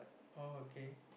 oh okay